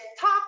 talk